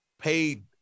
paid